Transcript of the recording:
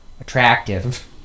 attractive